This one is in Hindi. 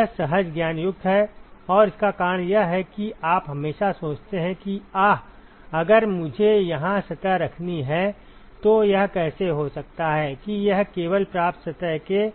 यह सहज ज्ञान युक्त है और इसका कारण यह है कि आप हमेशा सोचते हैं कि आह अगर मुझे यहां सतह रखनी है तो यह कैसे हो सकता है कि यह केवल प्राप्त सतह के